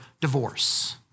divorce